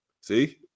See